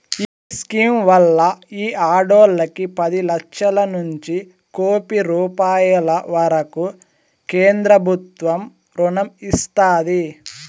ఈ స్కీమ్ వల్ల ఈ ఆడోల్లకి పది లచ్చలనుంచి కోపి రూపాయిల వరకూ కేంద్రబుత్వం రుణం ఇస్తాది